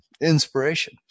inspiration